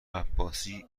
عباسی